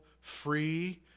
free